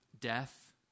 death